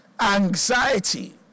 Anxiety